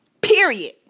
Period